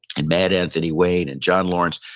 and mad anthony wade, and john lawrence,